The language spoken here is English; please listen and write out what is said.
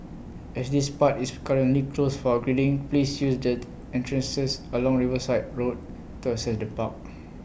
as this part is currently closed for upgrading please use the entrances along Riverside road to access the park